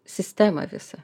sistema visą